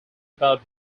about